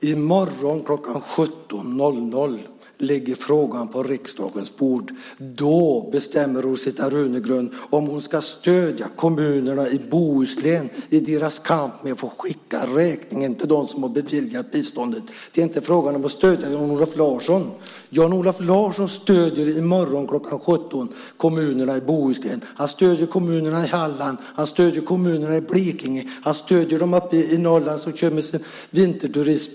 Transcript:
Fru talman! I morgon kl. 17.00 ligger frågan på riksdagens bord. Då bestämmer Rosita Runegrund om hon ska stödja kommunerna i Bohuslän i deras kamp att få skicka räkningen till dem som har beviljat biståndet. Det är inte fråga om att stödja Jan-Olof Larsson. Jan-Olof Larsson stöder i morgon kl. 17 kommunerna i Bohuslän. Han stöder kommunerna i Halland. Han stöder kommunerna i Blekinge. Han stöder kommunerna i Norrland med vinterturism.